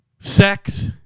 Sex